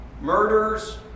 murders